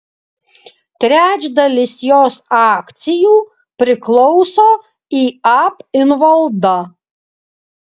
trečdalis jos akcijų priklauso iab invalda